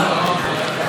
הקולנוע,